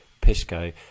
Pisco